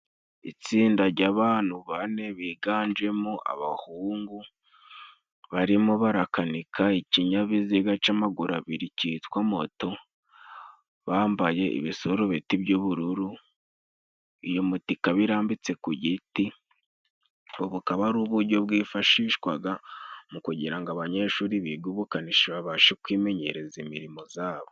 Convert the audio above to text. Itsinda ry'abantu bane biganjemo abahungu barimo barakanika ikinyabiziga c'amaguru abiri kitwa moto; bambaye ibisurubeti by'ubururu ,iyo moto ikaba birambitse ku giti bukaba ari ubujyo bwifashishwaga mu kugira ngo abanyeshuri biga ubukanishi babashe kwimenyereza imirimo zabo.